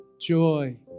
joy